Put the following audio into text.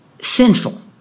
sinful